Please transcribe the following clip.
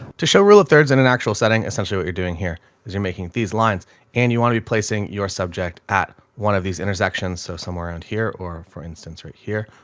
to show rule of thirds in an actual setting. essentially what you're doing here is you're making these lines and you want to be placing your subject at one of these intersections. so somewhere around here, or for instance right here,